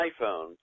iPhone